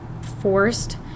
forced